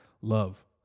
love